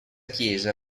chiesa